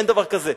אין דבר כזה.